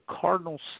Cardinals